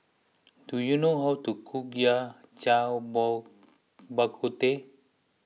do you know how to cook Yao Cai Bak Kut Teh